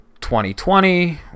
2020